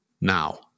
now